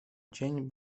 dzień